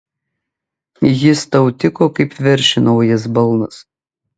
jis tau tiko kaip veršiui naujas balnas